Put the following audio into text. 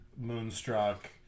Moonstruck